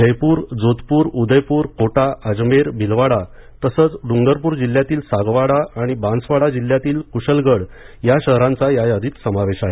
जयपुर जोधपूर उदयपूर कोटा अजमेर भिलवाडा तसंच डुंगरपूर जिल्ह्यातील सागवाडा आणि बांसवाडा जिल्ह्यातील कुशलगड या शहरांचा या यादीत समावेश आहे